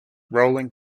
rolling